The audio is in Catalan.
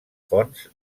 fonts